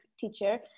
teacher